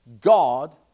God